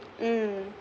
mm